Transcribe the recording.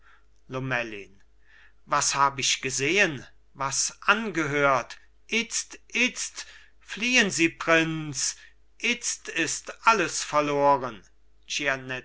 lomellin was hab ich gesehen was angehört itzt itzt fliehen sie prinz itzt ist alles verloren